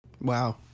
Wow